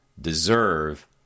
deserve